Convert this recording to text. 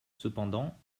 cependant